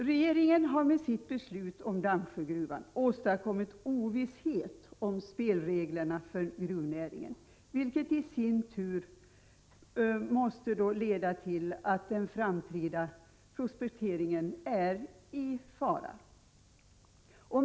Regeringen har med sitt beslut om Dammsjögruvan åstadkommit ovisshet om spelreglerna för gruvnäringen, vilket i sin tur leder till att den framtida prospekteringen är i fara.